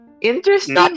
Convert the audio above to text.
Interesting